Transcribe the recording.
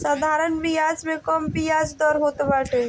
साधारण बियाज में कम बियाज दर होत बाटे